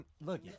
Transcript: Look